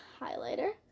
highlighter